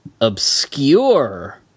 obscure